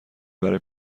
برای